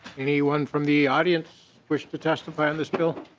anyone from the audience wish to testify on this bill?